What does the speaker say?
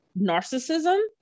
narcissism